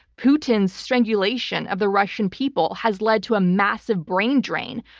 putin's strangulation of the russian people has led to a massive brain drain.